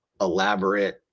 elaborate